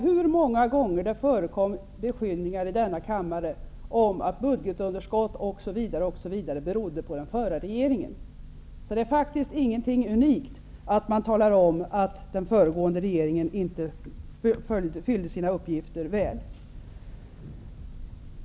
Hur många gånger förekom det beskyllningar i denna kammare om att budgetunderskott osv. berodde på den förra regeringen? Det är faktiskt inget unikt att man talar om att den föregående regeringen inte fullföljde sina uppgifter väl.